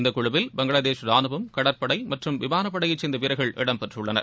இந்த குழுவில் பங்ளாதேஷ் ராணுவம் கடற்படை மற்றும் விமானப்படையைச் சேர்ந்த வீரர்கள் இடம்பெற்றுள்ளனர்